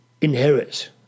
inherit